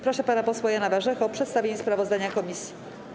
Proszę pana posła Jana Warzechę o przedstawienie sprawozdania komisji.